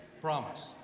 promise